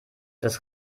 dass